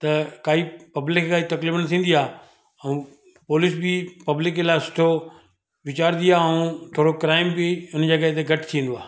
त काई पब्लिक खे काई तकलीफ़ न थींदी आहे ऐं पोलिस बि पब्लिक लाइ सुठो वीचारंदी आहे ऐं थोरो क्राइम बि हिन जॻह ते घटि थींदो आहे